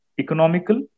economical